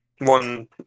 one